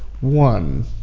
one